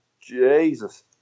Jesus